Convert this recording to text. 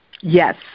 Yes